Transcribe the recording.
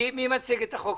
מי מציג את החוק?